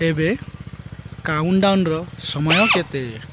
ଏବେ ର ସମୟ କେତେ